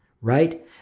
right